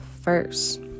first